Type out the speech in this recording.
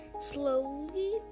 slowly